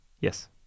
Yes